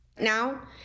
now